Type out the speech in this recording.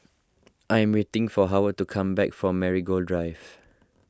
I am waiting for Howard to come back from Marigold Drive